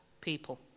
people